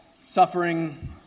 suffering